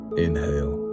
inhale